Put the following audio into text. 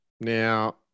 now